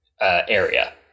area